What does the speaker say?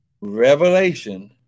revelation